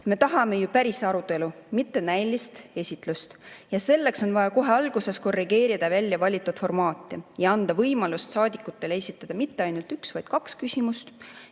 Me tahame ju päris arutelu, mitte näilist esitlust ning selleks on vaja kohe alguses korrigeerida väljavalitud formaati ja anda võimalus saadikutele esitada mitte ainult üks, vaid kaks küsimust